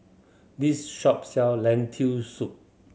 this shop sell Lentil Soup